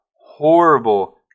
horrible